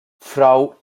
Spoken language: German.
frau